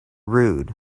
rude